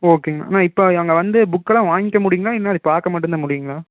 ஓகேங்கண்ணா அண்ணா இப்போ அங்கே வந்து புக்கெல்லாம் வாங்கிக்க முடியும்ங்களா இல்லை அதை பார்க்க மட்டுந்தான் முடியும்ங்களா